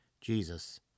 Jesus